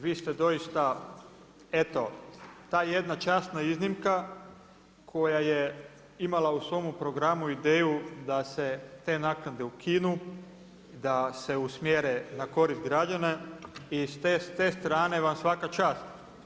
Vi ste doista eto, ta jedna časna iznimka koja je imala u svome programu ideju da se te naknade ukinu, da se usmjere na korist građane i sa te strane vam svake čast.